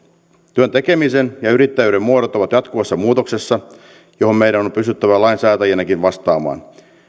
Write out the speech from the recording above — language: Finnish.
työn tekemisen ja yrittäjyyden muodot ovat jatkuvassa muutoksessa johon meidän on pystyttävä lainsäätäjinäkin vastaamaan